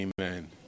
Amen